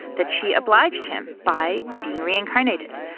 that she obliged him by being reincarnated.